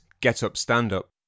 get-up-stand-up